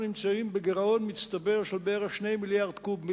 נמצאים בגירעון מצטבר של בערך 2 מיליוני קוב.